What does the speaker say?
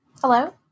Hello